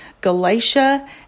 Galatia